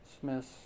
Smith's